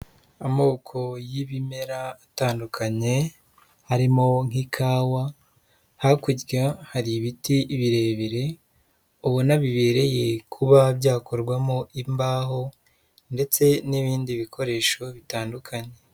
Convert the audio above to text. Amoko y'ibimera atandukanye, harimo nk'ikawa, hakurya hari ibiti birebire ubona bibereye kuba byakorwamo imbaho ndetse n'ibindi bikoresho bitandukanye.